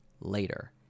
later